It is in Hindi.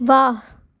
वाह